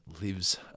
lives